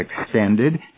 extended